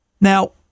now